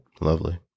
Lovely